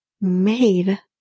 made